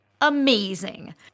amazing